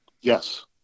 Yes